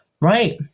Right